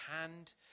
hand